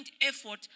effort